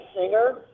singer